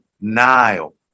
Nile